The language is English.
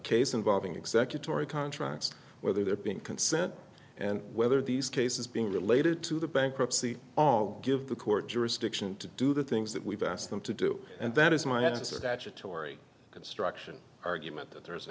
case involving executive or a contracts whether they're being consent and whether these cases being related to the bankruptcy all give the court jurisdiction to do the things that we've asked them to do and that is my answer tach atory construction argument that there is an